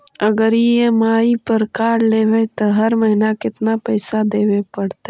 अगर ई.एम.आई पर कार लेबै त हर महिना केतना पैसा देबे पड़तै?